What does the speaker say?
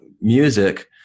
music